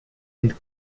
and